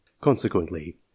consequently